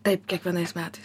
taip kiekvienais metais